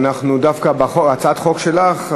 דווקא הצעת החוק שלך,